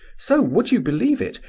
so, would you believe it,